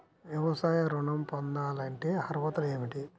వ్యవసాయ ఋణం పొందాలంటే అర్హతలు ఏమిటి?